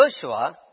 Joshua